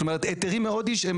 זאת אומרת היתרים מאוד ישנים,